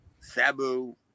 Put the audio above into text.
Sabu